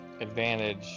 advantage